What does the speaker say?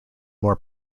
more